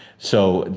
so,